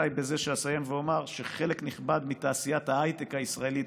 די בזה שאסיים ואומר שחלק נכבד מתעשיית ההייטק הישראלי,